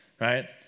right